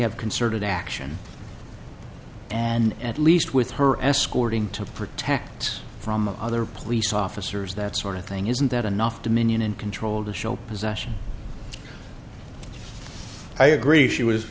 have concerted action and at least with her escorting to protect from other police officers that sort of thing isn't that enough dominion and control to show possession i agree she was